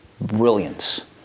brilliance